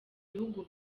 bihugu